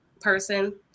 person